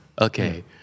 Okay